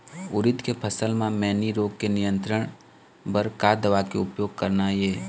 उरीद के फसल म मैनी रोग के नियंत्रण बर का दवा के उपयोग करना ये?